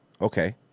Okay